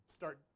start